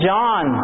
John